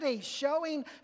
showing